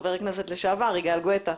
חבר הכנסת לשעבר יגאל גואטה,